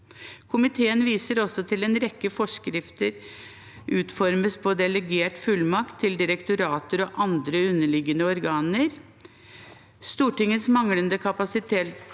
Komiteen viser også til at en rekke forskrifter utformes på delegert fullmakt til direktorater og andre underliggende organer. Stortingets manglende kapasitet